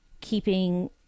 keeping